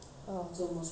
oh